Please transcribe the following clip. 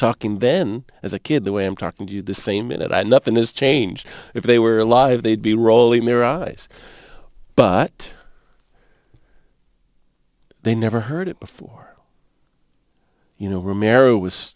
talking then as a kid the way i'm talking to you the same minute i nothing is changed if they were alive they'd be rolling their eyes but they never heard it before you know romero was